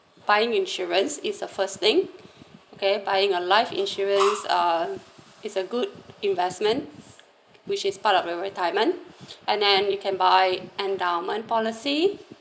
buying insurance is the first thing okay buying a life insurance uh it's a good investment which is part of my retirement and then you can buy endowment policy